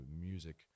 music –